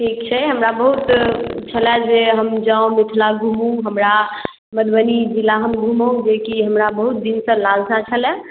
ठीक छै हमरा बहुत छलए जे हम जॅं मिथिला घुमू हमरा मधुबनी जिला हम घूमे के हमरा बहुत दिन सँ लालसा छलै